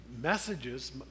messages